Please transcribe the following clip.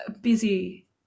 busy